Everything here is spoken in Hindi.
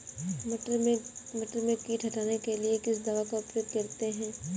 मटर में कीट हटाने के लिए किस दवा का प्रयोग करते हैं?